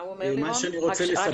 מה שאני רוצה לספר לך --- מה הוא אומר?